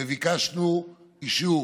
וביקשנו אישור